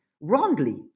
wrongly